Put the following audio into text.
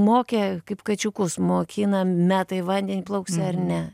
mokė kaip kačiukus mokina meta į vandenį plauksi ar ne